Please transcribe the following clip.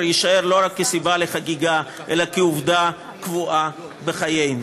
יישאר לא רק כסיבה לחגיגה אלא כעובדה קבועה בחיינו.